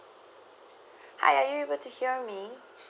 hi are you able to hear me